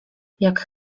jak